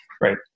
Right